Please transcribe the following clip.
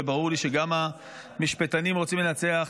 וברור לי שגם המשפטנים רוצים לנצח.